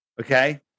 Okay